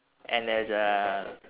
and there's a